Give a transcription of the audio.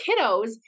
kiddos